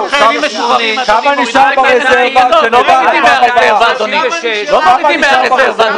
228 עד 236. --- לא מורידים מהרזרבה,